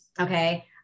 okay